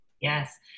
yes